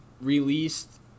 Released